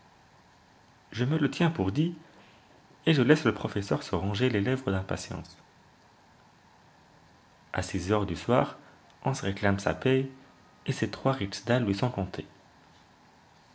je me le tiens pour dit et je laisse le professeur se ronger les lèvres d'impatience a six heures du soir hans réclame sa paye et ses trois rixdales lui sont comptés